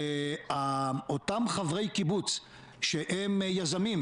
אותם חברי קיבוץ שהם יזמים,